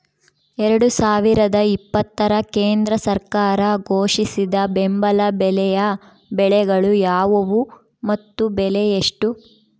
ಎರಡು ಸಾವಿರದ ಇಪ್ಪತ್ತರ ಕೇಂದ್ರ ಸರ್ಕಾರ ಘೋಷಿಸಿದ ಬೆಂಬಲ ಬೆಲೆಯ ಬೆಳೆಗಳು ಯಾವುವು ಮತ್ತು ಬೆಲೆ ಎಷ್ಟು?